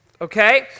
Okay